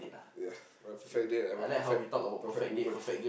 ya I have a perfect date I have a perfect perfect woman